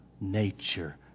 nature